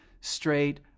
straight